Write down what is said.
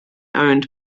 owned